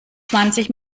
zwanzig